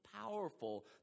powerful